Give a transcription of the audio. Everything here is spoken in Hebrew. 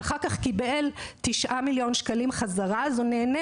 ואחר כך קיבל בחזרה 9 מיליון ש"ח הוא נהנה